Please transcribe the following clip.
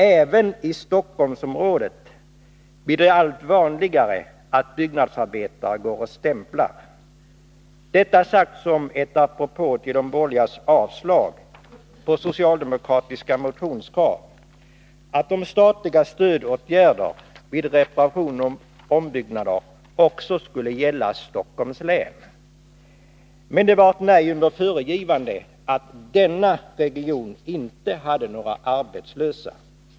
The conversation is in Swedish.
Även i Stockholmsområdet blir det allt vanligare att byggnadsarbetare går och stämplar — detta sagt som ett apropå till de borgerligas avslag på socialdemokratiska motionskrav att statliga stödåtgärder vid reparation och ombyggnader också skulle gälla Stockholms län. Men det blev nej, under föregivande att denna region inte hade några arbetslösa.